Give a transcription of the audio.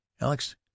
alex